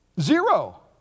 Zero